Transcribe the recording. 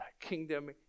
kingdom